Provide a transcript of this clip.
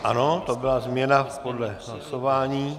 Ano, to byla změna podle hlasování.